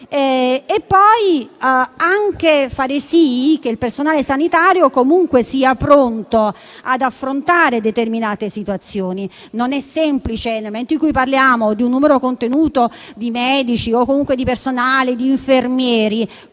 poi far sì che il personale sanitario sia comunque pronto ad affrontare determinate situazioni. Non è semplice: nel momento in cui parliamo di un numero contenuto di medici o di personale come infermieri,